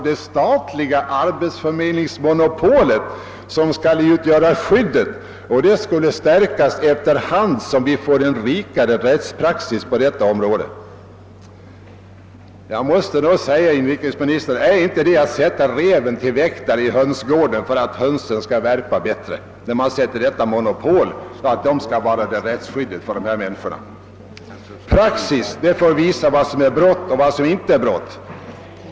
Det statliga arbetsförmedlingsmonopolet skulle alltså ut göra skyddet, och detta skydd skulle stärkas efter hand som »vi får en rikare rättspraxis på detta område». Jag måste fråga, herr inrikesminister, om inte det är att sätta räven till väktare i hönsgården för att hönsen skall värpa bättre när man sätter detta monopol till rättsskydd för människorna? Praxis får visa vad som är brott och inte brott.